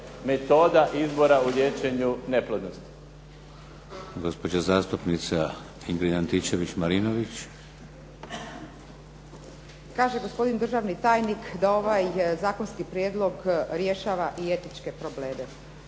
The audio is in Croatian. metoda izbora u liječenju neplodnosti.